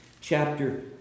chapter